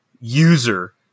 user